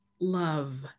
love